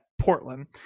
portland